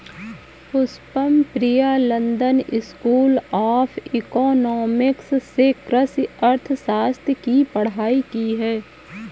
Pushpam Priya London school of economics से कृषि अर्थशास्त्र की पढ़ाई की है